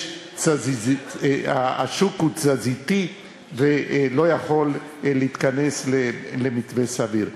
השוק הוא תזזיתי ולא יכול להתכנס למתווה סדיר.